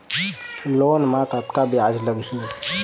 Loan म कतका ब्याज लगही?